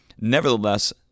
Nevertheless